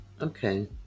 Okay